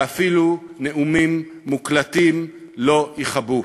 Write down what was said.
ואפילו נאומים מוקלטים, לא יכבו.